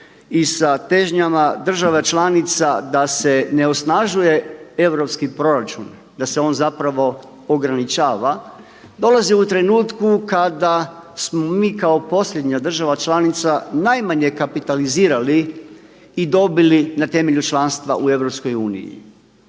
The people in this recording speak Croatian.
i sa težnjama država članica da se ne osnažuje europski proračun, da se on zapravo ograničava dolazi u trenutku kada smo mi kao posljednja država članica najmanje kapitalizirali i dobili na temelju članstva u EU.